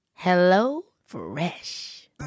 HelloFresh